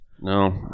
No